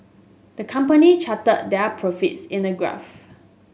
the company charted their profits in a graph